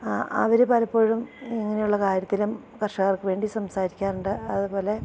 അവര് പലപ്പോഴും ഇങ്ങനെയുള്ള കാര്യത്തിലും കർഷകർക്ക് വേണ്ടി സംസാരിക്കാറുണ്ട് അതുപോലെ